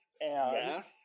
yes